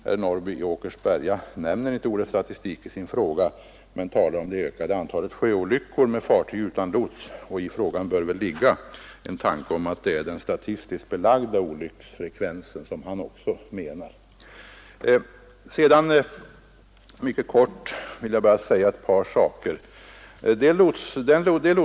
Herr Norrby i Åkersberga nämner inte ordet statistik i sin fråga men talar om det ökade antalet sjöolyckor med fartyg utan lots, och däri bör väl då ligga att det är den statistiskt belagda olycksfrekvensen han åsyftar. Sedan vill jag också helt kort säga något om ett par andra saker.